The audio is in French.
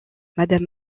madame